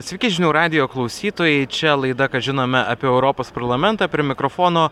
sveiki žinių radijo klausytojai čia laida ką žinome apie europos parlamentą prie mikrofono